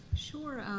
sure.